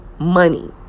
money